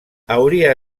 hauria